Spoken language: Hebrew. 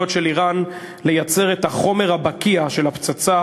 של איראן לייצר את החומר הבקיע של הפצצה